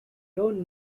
don’t